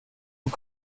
und